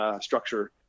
structure